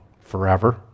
Forever